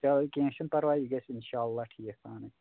چلو کیٚنٛہہ چھُ نہٕ پَرواے یہِ گژھِ اِنشاء اللہ ٹھیٖک پانے